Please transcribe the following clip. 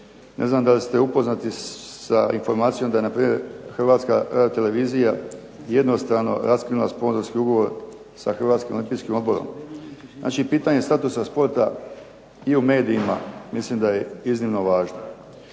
ne znam da li se upoznati sa situacijom da je npr. Hrvatska radiotelevizija jednostrano raskinula sponzorski ugovor sa Hrvatskim olimpijskim odborom. Znači, pitanje statusa sporta i u medijima mislim da je iznimno važno.